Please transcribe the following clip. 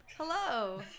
Hello